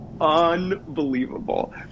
unbelievable